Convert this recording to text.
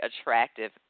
attractive